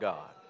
God